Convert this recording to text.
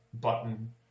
button